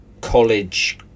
college